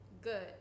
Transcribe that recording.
Good